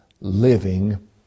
living